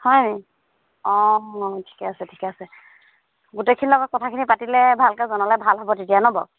হয় অঁ ঠিক আছে ঠিকে আছে গোটেইখিনিৰ লগত কথাখিনি পাতিলে ভালকে জনালে ভাল হ'ব তেতিয়া ন বাৰু